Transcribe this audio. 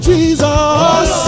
Jesus